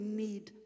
need